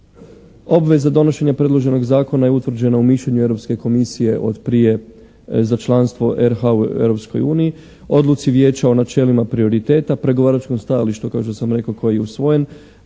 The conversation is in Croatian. Obveza donošenja predloženog zakona je utvrđena u mišljenju Europske komisije od prije za članstvo RH u Europskoj uniji. Odluci Vijeća o načelima prioriteta, pregovaračkom stajalištu kao što sam rekao koji je usvojen